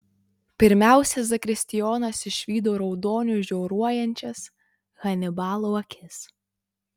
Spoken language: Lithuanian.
pirmiausia zakristijonas išvydo raudoniu žioruojančias hanibalo akis